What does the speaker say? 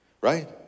right